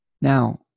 Now